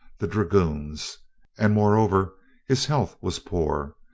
the dragoons and moreover his health was poor.